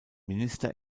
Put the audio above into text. minister